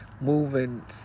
Moving